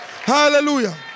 Hallelujah